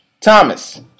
Thomas